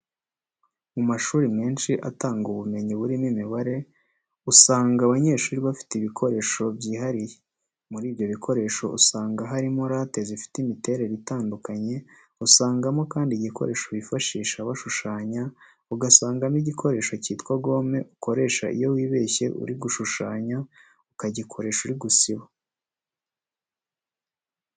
Mu mashuri menshi atanga ubumenyi burimo imibare, usanga abanyeshuri bafite ibikoresho byihariye. Muri ibyo bikoresho usanga harimo rate zifite imiterere itandukanye, usangamo kandi igikoresho bifashisha bashushanya, ugasangamo igikoresho cyitwa gome ukoresha iyo wibeshye uri gushushanya, ukagikoresha uri gusiba.